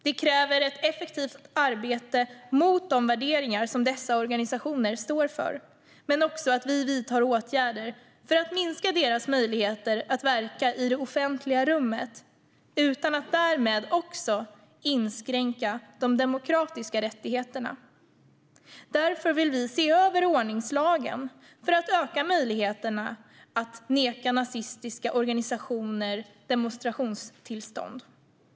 Det kräver ett effektivt arbete mot de värderingar som dessa organisationer står för, men också att vi vidtar åtgärder för att minska deras möjligheter att verka i det offentliga rummet utan att därmed också inskränka de demokratiska rättigheterna. Därför vill vi se över ordningslagen för att öka möjligheterna att neka nazistiska organisationer demonstrationstillstånd.